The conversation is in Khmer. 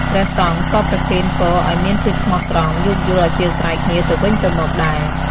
ព្រះសង្ឃក៏ប្រគេនពរឲ្យមានភាពស្មោះត្រង់ យោគយល់អធ្យាស្រ័យគ្នាទៅវិញទៅមកដែរ។